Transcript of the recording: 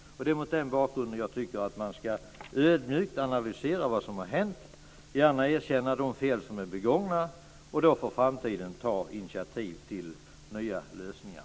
Det är mot den bakgrunden jag tycker att man ödmjukt ska analysera vad som har hänt, gärna erkänna de fel som är begångna och inför framtiden ta initiativ till nya lösningar.